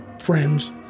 friends